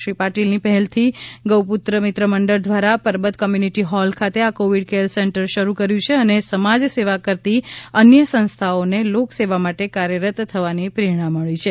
શ્રી પાટિલ ની પહેલ થી ગૌ પુત્ર મિત્ર મંડળ દ્વારા પરબત કોમ્યુનિટી હૉલ ખાતે આ કોવિડ કેર સેન્ટર શરૂ કર્યું છે અને સમાજસેવા કરતી અન્ય સંસ્થાઓને લોક સેવા માટે કાર્યરત થવાની પ્રેરણા મળી છે